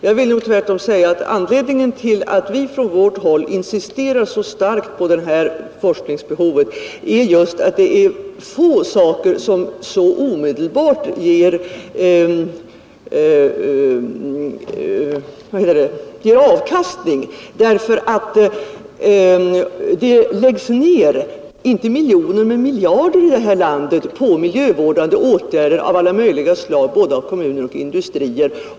Jag vill nog tvärtom säga att anledningen till att vi från vårt håll insisterar så starkt på denna forskning är just att det är få saker som omedelbart ger så mycket avkastning, därför att det läggs ned inte miljoner utan miljarder i det här landet på miljövårdande åtgärder av alla möjliga slag, av både kommuner och industrier.